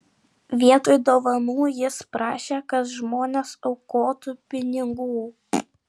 vietoj dovanų jis prašė kad žmonės aukotų pinigų